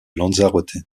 lanzarote